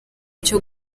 cyo